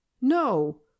no